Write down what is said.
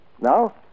Now